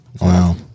Wow